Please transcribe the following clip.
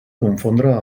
confondre